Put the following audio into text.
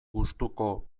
gustuko